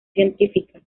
científica